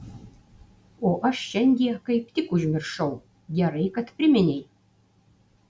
o aš šiandie kaip tik užmiršau gerai kad priminei